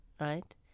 right